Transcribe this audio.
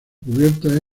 cubierta